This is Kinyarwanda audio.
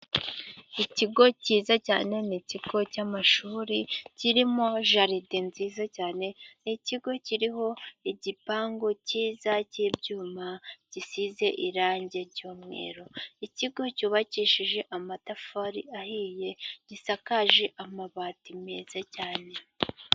Ikigo kiza cyane, ni ikigo cy'amashuri, kirimo jaride nziza cyane, ni ikigo kiriho igipangu kiza k'ibyuma, gisize irangi ry'umweru, ikigo cyubakishije amatafari ahiye, gisakaje amabati meza cyane.